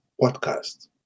podcast